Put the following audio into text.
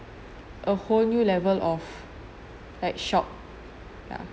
a whole new level of like shock ya